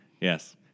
yes